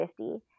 50